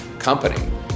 Company